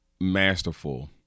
masterful